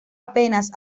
apenas